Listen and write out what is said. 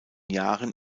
jahren